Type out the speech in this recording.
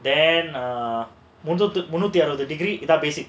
then err முன்னூற்று அறுபது:munootru arubathu degree இதான்:idhaan basics